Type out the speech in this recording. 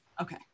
Okay